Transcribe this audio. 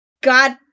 god